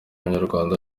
banyarwanda